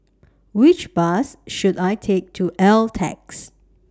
Which Bus should I Take to